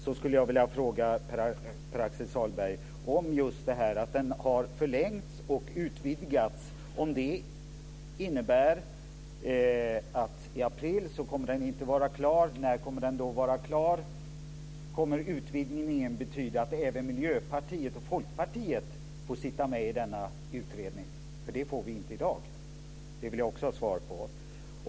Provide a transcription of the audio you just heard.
Jag skulle vilja fråga Pär-Axel Sahlberg om att tiden för Rennäringspolitiska kommittén har förlängts och att kommittén utvidgas innebär att den inte kommer att vara klar i april. När kommer den att vara klar? Kommer utvidgningen att betyda att även Miljöpartiet och Folkpartiet kommer att få sitta med i utredningen? Det får vi inte i dag. Det vill jag också ha svar på.